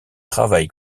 travaille